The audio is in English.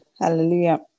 hallelujah